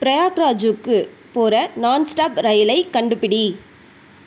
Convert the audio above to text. பிரயாக்ராஜுக்குப் போகிற நான்ஸ்டாப் ரயிலைக் கண்டுபிடி